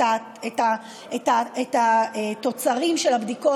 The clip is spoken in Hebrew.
את התוצרים של הבדיקות,